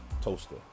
toaster